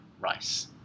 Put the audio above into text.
rice